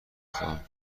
خواهم